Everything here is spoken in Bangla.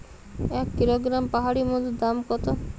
এক কিলোগ্রাম পাহাড়ী মধুর দাম কত?